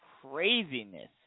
craziness